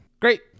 Great